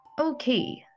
Okay